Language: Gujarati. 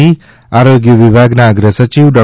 આરોગ્ય વિભાગના અગ્રસચિવ ડો